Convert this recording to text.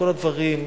כל הדברים,